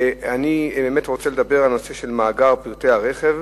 אני באמת רוצה לדבר על נושא מאגר פרטי הרכב,